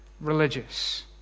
religious